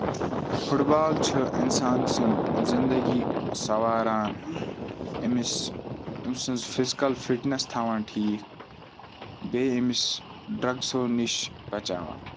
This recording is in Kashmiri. فُٹ بال چھِ اِنسان سٔنز زِندگی سَواران أمِس أمۍ سٕنز فِزِکل فِٹنیس تھاوان ٹھیٖک بیٚیہِ أمِس ڈرگسو نِش بَچاوان